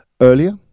earlier